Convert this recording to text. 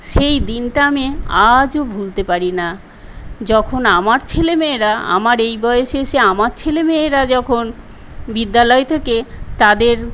সেই দিনটা আমি আজও ভুলতে পারি না যখন আমার ছেলেমেয়েরা আমার এই বয়সে এসে আমার ছেলেমেয়েরা যখন বিদ্যালয় থেকে তাদের